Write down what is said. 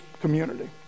community